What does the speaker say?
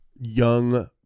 Young